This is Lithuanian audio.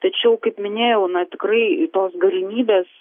tačiau kaip minėjau na tikrai tos galimybės